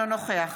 נוכח